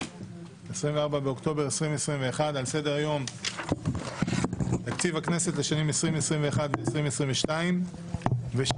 24 באוקטובר 2021. על סדר-היום תקציב הכנסת לשנים 2022-2021 ושימוש